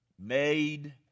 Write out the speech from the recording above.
made